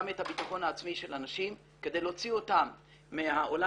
את הביטחון העצמי של הנשים כדי להוציא אותן מהעולם